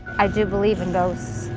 i do believe in ghosts.